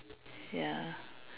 ya